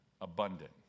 abundant